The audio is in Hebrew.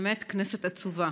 האמת, כנסת עצובה.